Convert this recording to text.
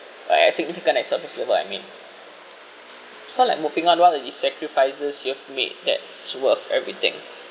but a significant at surface level I mean so like moving on what are the sacrifices you have made that it's worth everything